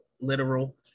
literal